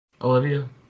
Olivia